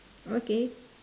okay